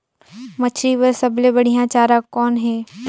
मछरी बर सबले बढ़िया चारा कौन हे?